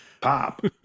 Pop